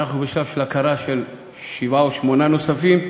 אנחנו בשלב של הכרה בשבעה או שמונה נוספים,